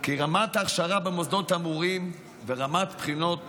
כי רמות ההכשרה במוסדות האמורים ורמות בחינות